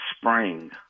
spring